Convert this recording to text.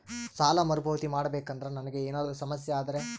ಸಾಲ ಮರುಪಾವತಿ ಮಾಡಬೇಕಂದ್ರ ನನಗೆ ಏನಾದರೂ ಸಮಸ್ಯೆ ಆದರೆ?